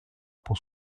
pour